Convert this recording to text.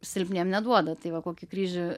silpniem neduoda tai va kokį kryžių